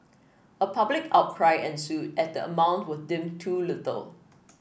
a public outcry ensued as the amount was deemed too little